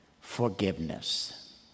forgiveness